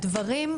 הדברים,